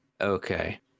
Okay